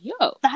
yo